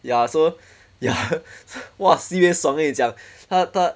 ya so ya !wah! sibei 爽我跟你讲他